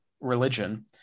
religion